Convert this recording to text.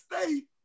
State